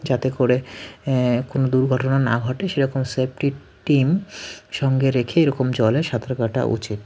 যাতে করে কোনো দুর্ঘটনা না ঘটে সেরকম সেফটি টিন সঙ্গে রেখে এরকম জলে সাঁতার কাটা উচিত